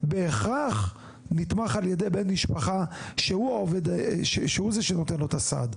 בהכרח נתמך על ידי בן משפחה שהוא זה שנותן לו את הסעד.